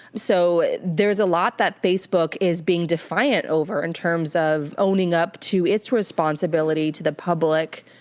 so there's a lot that facebook is being defiant over in terms of owning up to its responsibility to the public,